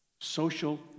social